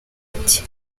ati